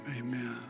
amen